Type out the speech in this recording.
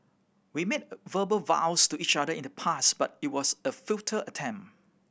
we made verbal vows to each other in the past but it was a futile attempt